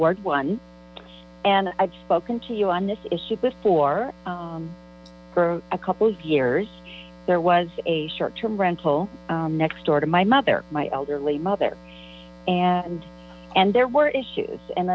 ward one and i've spoken to you on this issue before a couple of years there was a short term rental next door to my mother my elderly mother and and there were issues and